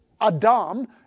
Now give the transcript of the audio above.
Adam